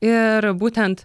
ir būtent